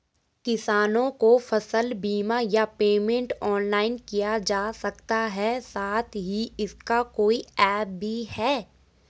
किसानों को फसल बीमा या पेमेंट ऑनलाइन किया जा सकता है साथ ही इसका कोई ऐप भी है?